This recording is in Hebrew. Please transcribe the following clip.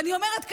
ואני אומרת כאן,